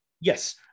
Yes